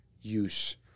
use